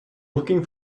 looking